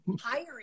hiring